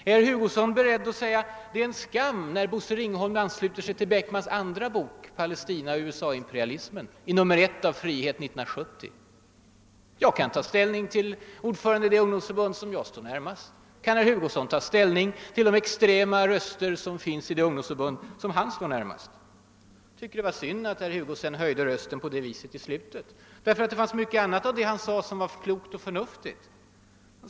Är herr Hugosson också beredd att säg: att det är en skam när Bosse Ringholn: ansluter sig till Staffan Beckmans andra bok »Palestina och USA-imperialismen» i nr 1 av Frihet 1970? Jag kan ta ställning till vad ordföranden säger i det ungdomsförbund sonr jag står närmast. Kan herr Hugosson ta ställning till de extrema röster som finns i det ungdomsförbund som han står närmast? Jag tycker att det var synd att herr Hugosson höjde rösten så mycket i slutet av sitt anförande, därför att mycket annat av det han sade var klokt och förnuftigt.